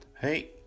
Hey